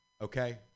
okay